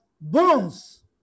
bones